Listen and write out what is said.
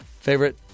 Favorite